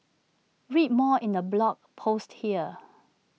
read more in the blog post here